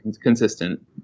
consistent